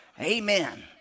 Amen